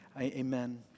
amen